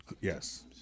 Yes